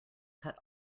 cut